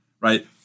Right